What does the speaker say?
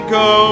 go